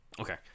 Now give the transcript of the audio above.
Okay